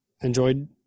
Enjoyed